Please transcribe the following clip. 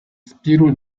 spirou